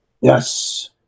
Yes